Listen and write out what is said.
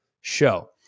show